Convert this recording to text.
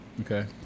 okay